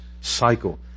cycle